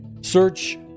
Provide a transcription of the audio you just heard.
Search